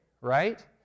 right